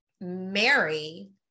Mary